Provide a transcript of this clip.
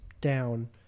down